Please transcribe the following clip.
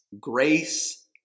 Grace